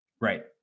right